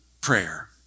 prayer